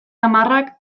hamarrak